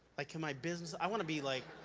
like, can my business, i wanna be like